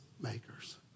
makers